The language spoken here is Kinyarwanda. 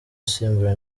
asimbura